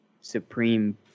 supreme